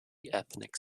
ethnic